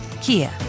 Kia